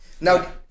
Now